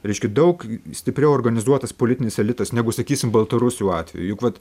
reiškia daug stipriau organizuotas politinis elitas negu sakysim baltarusių atveju juk vat